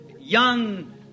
young